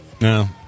No